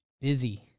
Busy